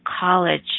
college